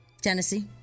tennessee